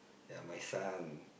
ya my son